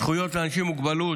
זכויות לאנשים עם מוגבלות,